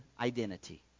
identity